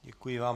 Děkuji vám.